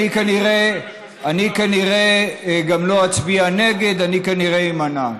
אני כנראה גם לא אצביע נגד, אני כנראה אימנע.